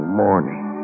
morning